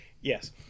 Yes